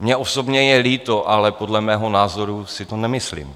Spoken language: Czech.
Mně osobně je líto, ale podle mého názoru si to nemyslím.